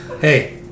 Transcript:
Hey